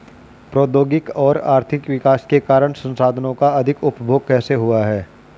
प्रौद्योगिक और आर्थिक विकास के कारण संसाधानों का अधिक उपभोग कैसे हुआ है?